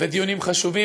בדיונים חשובים.